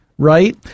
Right